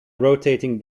rotating